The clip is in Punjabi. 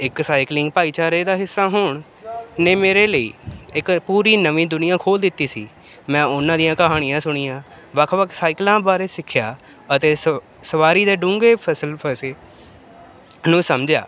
ਇੱਕ ਸਾਈਕਲਿੰਗ ਭਾਈਚਾਰੇ ਦਾ ਹਿੱਸਾ ਹੋਣ ਨੇ ਮੇਰੇ ਲਈ ਇੱਕ ਪੂਰੀ ਨਵੀਂ ਦੁਨੀਆਂ ਖੋਲ੍ਹ ਦਿੱਤੀ ਸੀ ਮੈਂ ਉਹਨਾਂ ਦੀਆਂ ਕਹਾਣੀਆਂ ਸੁਣੀਆਂ ਵੱਖ ਵੱਖ ਸਾਈਕਲਾਂ ਬਾਰੇ ਸਿੱਖਿਆ ਅਤੇ ਸ ਸਵਾਰੀ ਦੇ ਡੂੰਘੇ ਫਸਲਫਸੇ ਨੂੰ ਸਮਝਿਆ